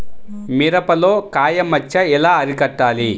మిరపలో కాయ మచ్చ ఎలా అరికట్టాలి?